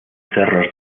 cerros